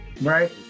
right